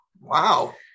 Wow